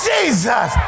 Jesus